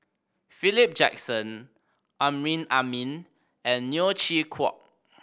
Philip Jackson Amrin Amin and Neo Chwee Kok